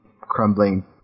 crumbling